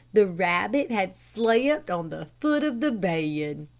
the rabbit had slept on the foot of the bed.